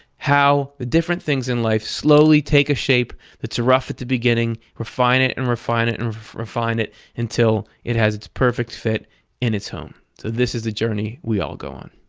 how the different things in life slowly take a shape that's rough at the beginning, refine it and refine it and refine it until it has its perfect fit in its home. so this is the journey we all go on.